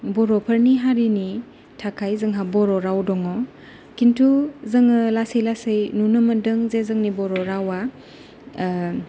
बर'फोरनि हारिनि थाखाय जोंहा बर' राव दङ बेयाव खिनथु जोङो लासै लासै नुनो मोनदों जे जोंनि बर' रावा